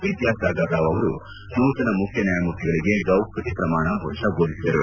ವಿದ್ಯಾಸಾಗರ್ ರಾವ್ ಅವರು ನೂತನ ಮುಖ್ಯ ನ್ಯಾಯಮೂರ್ತಿಗಳಿಗೆ ಗೌಪ್ಯತೆ ಪ್ರಮಾಣ ವಚನ ಬೋಧಿಸಿದರು